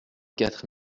quatre